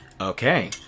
Okay